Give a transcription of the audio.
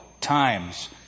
times